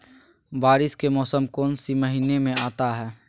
बारिस के मौसम कौन सी महीने में आता है?